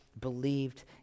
believed